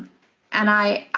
and i